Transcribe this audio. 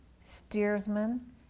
steersman